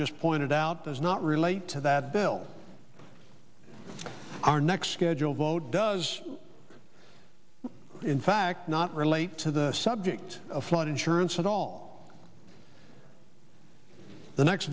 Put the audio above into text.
just pointed out does not relate to that bill our next scheduled vote does in fact not relate to the subject of flood insurance at all the next